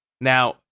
Now